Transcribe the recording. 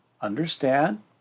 understand